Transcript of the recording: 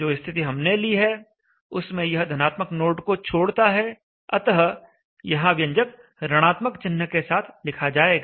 जो स्थिति हमने ली है उसमें यह धनात्मक नोड को छोड़ता है अतः यहां व्यंजक ऋणात्मक चिह्न के साथ लिखा जाएगा